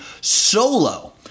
solo